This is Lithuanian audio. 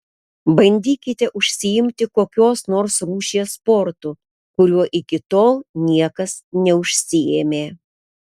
bandykite užsiimti kokios nors rūšies sportu kuriuo iki tol niekas neužsiėmė